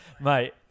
mate